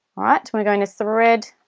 alright we're going to thread